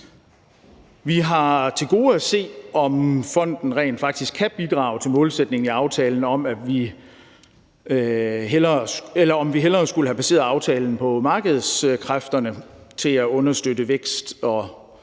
Vi har til gode at se, om fonden rent faktisk kan bidrage til at nå målsætningen i aftalen, eller om vi hellere skulle have baseret aftalen på markedskræfterne til at understøtte vækst og